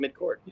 midcourt